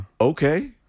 okay